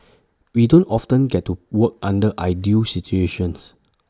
we don't often get to work under ideal situations